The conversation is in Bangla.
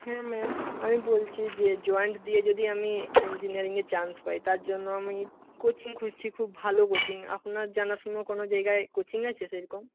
হ্যাঁ ম্যাম আমি বলছি যে জয়েন্ট দিয়ে যদি আমি ইঞ্জিনিয়ারিংয়ে চান্স পাই তার জন্য আমি কোচিং খুঁজছি খুব ভালো কোচিং আপনার জানাশোনা কোন জায়গায় কোচিং আছে সেরকম